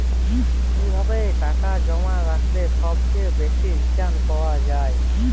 কিভাবে টাকা জমা রাখলে সবচেয়ে বেশি রির্টান পাওয়া য়ায়?